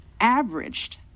averaged